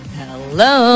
hello